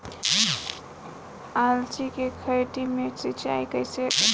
अलसी के खेती मे सिचाई कइसे करी?